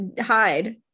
hide